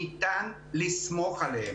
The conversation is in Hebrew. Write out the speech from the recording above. ניתן לסמוך עליהם.